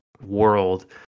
world